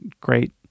great